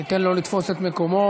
ניתן לו לתפוס את מקומו,